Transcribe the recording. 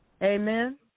Amen